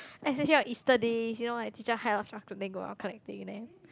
especially on easter days you know like teacher hide our stuff then go out collecting and then